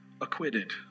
acquitted